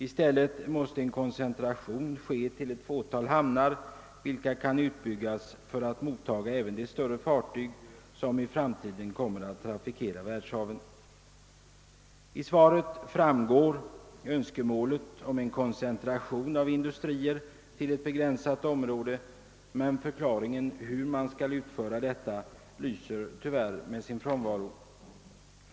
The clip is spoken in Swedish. I stället måste en koncentration ske till ett fåtal hamnar vilka kan utbyggas för att motta även de större fartyg, som i framtiden kommer att trafikera världshaven. I svaret framhålles önskemålet om en koncentration av industrier till ett begränsat område, men en upplysning om hur detta skall utföras lyser tyvärr med sin frånvaro.